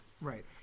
Right